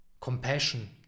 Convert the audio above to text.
compassion